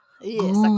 Yes